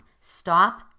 stop